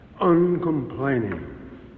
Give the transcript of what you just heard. uncomplaining